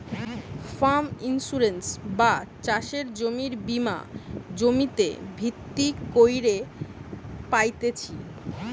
farm insurance বা চাষের জমির বীমা জমিতে ভিত্তি কইরে পাইতেছি